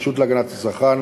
הרשות להגנת הצרכן